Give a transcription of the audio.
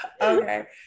okay